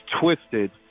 twisted